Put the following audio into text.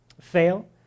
fail